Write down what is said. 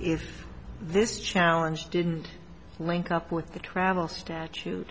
if this challenge didn't link up with the travel statute